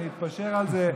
אני אתפשר על זה,